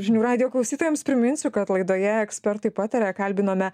žinių radijo klausytojams priminsiu kad laidoje ekspertai pataria kalbinome